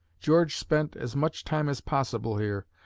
george spent as much time as possible here,